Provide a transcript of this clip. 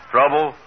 Trouble